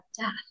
death